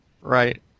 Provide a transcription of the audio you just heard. right